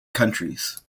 countries